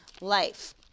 life